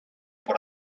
por